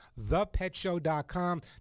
thepetshow.com